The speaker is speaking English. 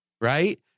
right